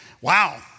Wow